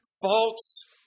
false